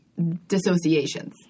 dissociations